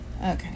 Okay